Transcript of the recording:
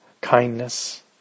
kindness